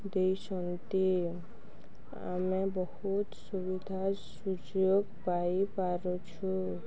ଦେଇଛନ୍ତି ଆମେ ବହୁତ ସୁବିଧା ସୁଯୋଗ ପାଇ ପାରୁଛୁ